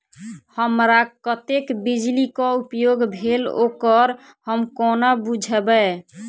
हमरा कत्तेक बिजली कऽ उपयोग भेल ओकर हम कोना बुझबै?